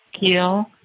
Kill